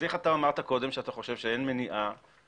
אז איך אתה אמרת קודם שאתה חושב שאין מניע לממן